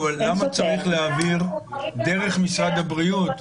למה צריך להעביר דרך משרד הבריאות,